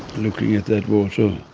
looking at that water.